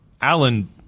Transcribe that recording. Alan